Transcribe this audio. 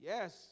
Yes